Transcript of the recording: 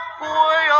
boy